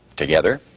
together,